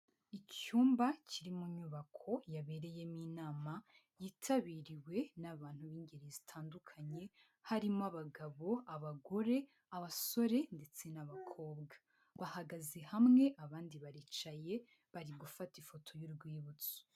Icyumba kiri mu nyubako yabereyemo inama, yitabiriwe n'abantu b'ingeri zitandukanye harimo; abagabo, abagore, abasore ndetse n'abakobwa. Bahagaze hamwe, abandi baricaye barigufata ifoto y'urwibutso.